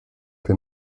den